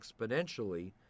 exponentially